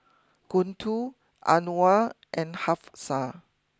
Guntur Anuar and Hafsa